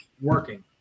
working